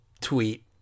tweet